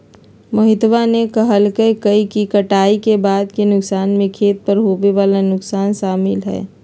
मोहितवा ने कहल कई कि कटाई के बाद के नुकसान में खेत पर होवे वाला नुकसान शामिल हई